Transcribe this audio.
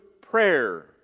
prayer